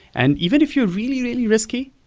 and even if you're really really risky,